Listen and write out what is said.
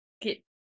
get